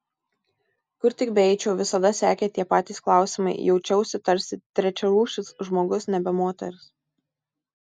kur tik beeičiau visada sekė tie patys klausimai jaučiausi tarsi trečiarūšis žmogus nebe moteris